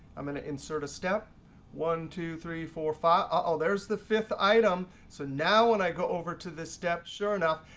um and insert a step one, two, three, four, five ah, there's the fifth item. so now when i go over to this step, sure enough.